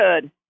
good